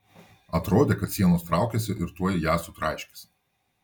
atrodė kad sienos traukiasi ir tuoj ją sutraiškys